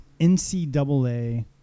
ncaa